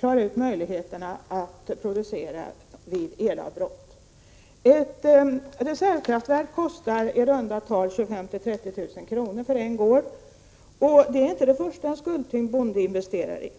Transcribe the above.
kostnaderna för att producera vid elavbrott. Ett reservkraftverk för en gård kostar i runda tal 25 000-30 000 kr. Det är inte det första en skuldtyngd bonde investerar i.